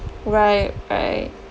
right right